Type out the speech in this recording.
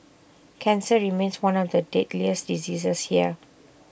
cancer remains one of the deadliest diseases here